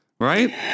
Right